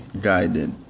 guided